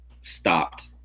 stopped